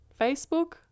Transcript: Facebook